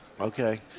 Okay